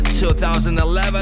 2011